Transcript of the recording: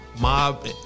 mob